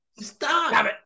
stop